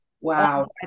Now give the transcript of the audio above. Wow